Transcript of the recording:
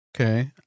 okay